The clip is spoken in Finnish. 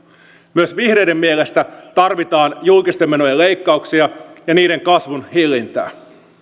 myös vihreiden mielestä tarvitaan julkisten menojen leikkauksia ja niiden kasvun hillintää